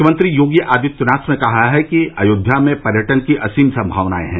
मुख्यमंत्री योगी आदित्यनाथ ने कहा है कि अयोध्या में पर्यटन की असीम संभावनाएं है